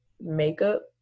makeup